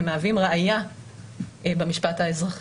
מהווים ראיה במשפט האזרחי.